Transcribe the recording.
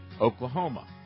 Oklahoma